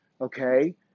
Okay